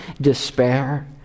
despair